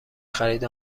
خرید